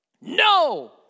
No